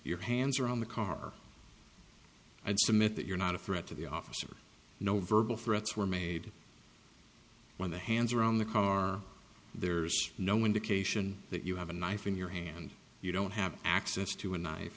your hands around the car and submit that you're not a threat to the officer no verbal threats were made when the hands around the car there's no indication that you have a knife in your hand you don't have access to a knife